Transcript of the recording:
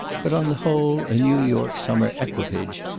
but, on the whole, a new york summer equipage,